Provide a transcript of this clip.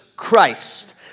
Christ